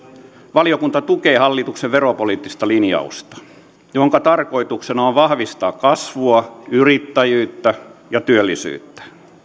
valiokunta tukee hallituksen veropoliittista linjausta jonka tarkoituksena on vahvistaa kasvua yrittäjyyttä ja työllisyyttä